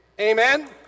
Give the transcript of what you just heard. Amen